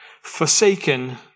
Forsaken